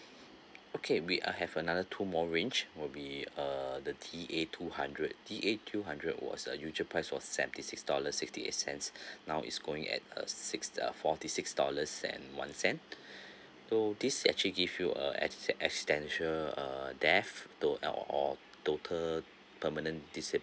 okay we I have another two more range will be uh the T A two hundred D A two hundred was a usual price was seventy six dollars sixty eight cents now is going at a six uh forty six dollars and one cent so this actually give you a acci~ accidental uh death to or or total permanent disa~